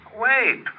Wait